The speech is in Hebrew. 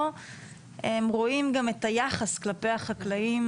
או הם רואים גם את היחס כלפי החקלאים